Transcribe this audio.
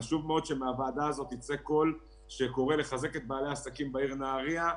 חשוב מאוד שמהוועדה הזאת יצא קול שקורא לחזק את בעלי העסקים בעיר נהריה,